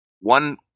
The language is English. one